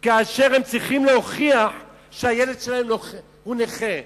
כאשר הם צריכים להוכיח שהילד שלהם הוא נכה.